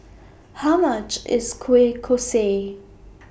How much IS Kueh Kosui